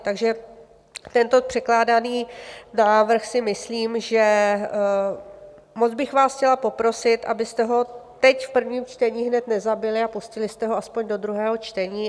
Takže tento předkládaný návrh si myslím, že moc bych vás chtěla poprosit, abyste ho teď v prvním čtení hned nezabili a pustili jste ho aspoň do druhého čtení.